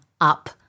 up